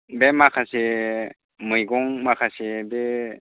बे माखासे मैगं माखासे बे